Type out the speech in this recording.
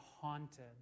haunted